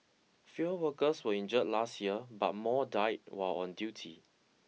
fewer workers were injured last year but more died while on duty